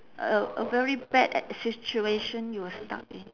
a a very bad situation you were stuck in